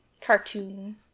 cartoon